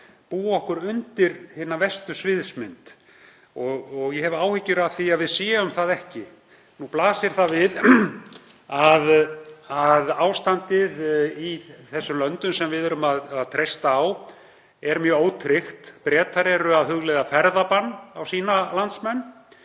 búa okkur undir hina verstu sviðsmynd. Ég hef áhyggjur af því að við séum ekki undirbúin. Nú blasir það við að ástandið í þeim löndum sem við treystum á er mjög ótryggt. Bretar eru að hugleiða ferðabann á sína landsmenn.